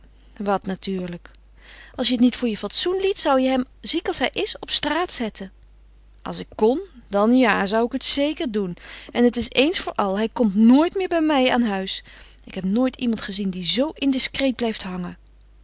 wat natuurlijk als je het niet voor je fatsoen liet zou je hem ziek als hij is op straat zetten als ik kon dan ja zou ik het zeker doen en het is eens voor al hij komt nooit meer bij me aan huis ik heb nooit iemand gezien die zoo indiscreet blijft hangen